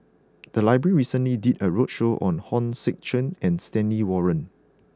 the library recently did a roadshow on Hong Sek Chern and Stanley Warren